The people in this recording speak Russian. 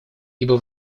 ибо